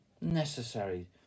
necessary